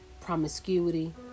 promiscuity